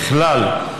ככלל,